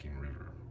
river